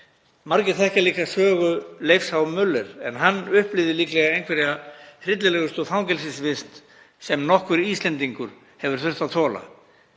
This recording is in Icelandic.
Margir þekkja líka sögu Leifs H. Müllers en hann upplifði líklega einhverja hryllilegustu fangelsisvist sem nokkur Íslendingur hefur þurft að þola,